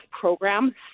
program